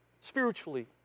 spiritually